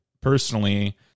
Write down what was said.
personally